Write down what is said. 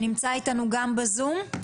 נמצא איתנו גם בזום?